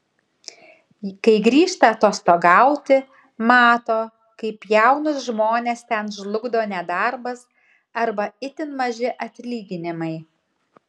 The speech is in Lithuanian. kai grįžta atostogauti mato kaip jaunus žmones ten žlugdo nedarbas arba itin maži atlyginimai